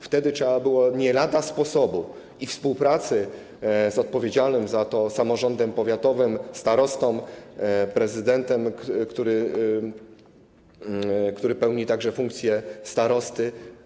Wtedy trzeba było nie lada sposobu i współpracy z odpowiedzialnym za to samorządem powiatowym, starostą, prezydentem, który pełni także funkcję starosty.